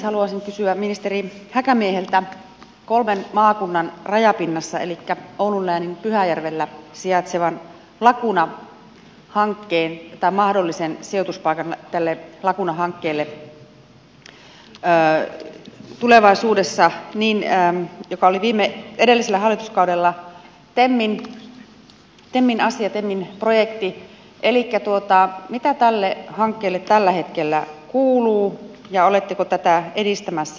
haluaisin kysyä ministeri häkämieheltä kolmen maakunnan rajapinnassa elikkä oulun läänin pyhäjärvellä sijaitsevasta laguna hankkeen pitää mahdollisena sijoituspaikkana tälle la mahdollisesta sijoituspaikasta tulevaisuudessa joka oli edellisessä hallituskaudella temin asia temin projekti elikkä mitä tälle hankkeelle tällä hetkellä kuuluu ja oletteko tätä edistämässä